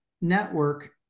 network